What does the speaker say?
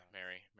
Mary